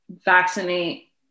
vaccinate